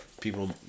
people